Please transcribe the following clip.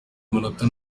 amanota